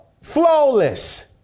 flawless